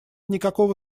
никакого